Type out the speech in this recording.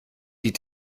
die